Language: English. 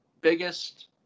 biggest